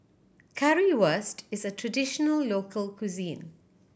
currywurst is a traditional local cuisine